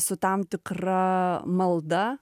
su tam tikra malda